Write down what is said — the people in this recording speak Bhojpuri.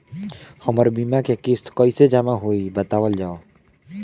हमर बीमा के किस्त कइसे जमा होई बतावल जाओ?